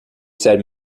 said